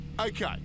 Okay